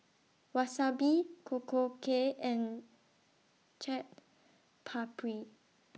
Wasabi Korokke and Chaat Papri